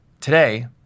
Today